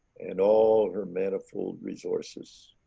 and all her manifold resources.